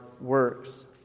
works